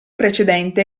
precedente